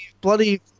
bloody